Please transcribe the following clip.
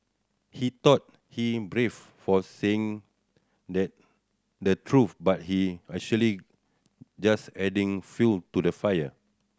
he thought he brave for saying that the truth but he actually just adding fuel to the fire